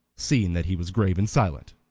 seeing that he was grave and silent.